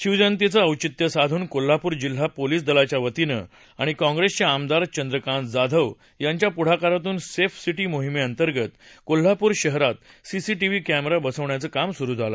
शिवजयंतीच औचित्य साधून कोल्हापुर जिल्हा पोलिस दलाच्या वतीनं आणि काँप्रेसचे आमदार चंद्रकांत जाधव यांच्या पुढाकारातून सेफ सिटी मोहिमेअंतर्गत कोल्हापूर शहरात सीसीटीवी कॅमेरा बसवण्याचं काम सुरु झालं